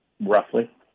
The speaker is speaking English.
Roughly